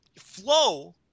Flow